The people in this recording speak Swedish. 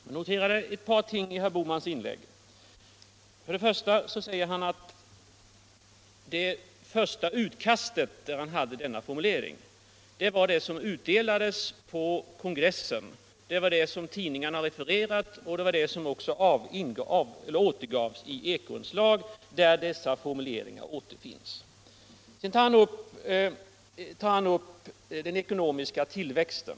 Herr talman! Jag noterade ett par ting i herr Bohmans inlägg. Han talade om det första utkastet där han hade med den av mig redovisade formuleringen. Det var detta talutkast som utdelades på kongressen. Det var det som tidningarna refererade och det var också det som användes i det Eko-inslag, där den aktuella formuleringen åberopades. Men herr Bohman bekräftar att det nu finns ett slutligt talutkast. Sedan tar herr Bohman upp den ekonomiska tillväxten.